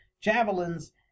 javelins